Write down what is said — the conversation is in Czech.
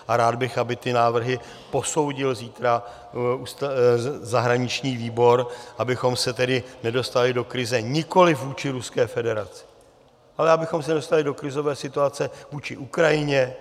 A rád bych, aby ty návrhy posoudil zítra zahraniční výbor, abych se tedy nedostali do krize nikoli vůči Ruské federaci, ale abychom se nedostali do krizové situace vůči Ukrajině.